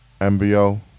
MBO